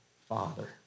Father